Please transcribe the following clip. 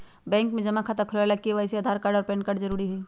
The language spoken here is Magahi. बैंक में जमा खाता खुलावे ला के.वाइ.सी ला आधार कार्ड आ पैन कार्ड जरूरी हई